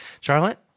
Charlotte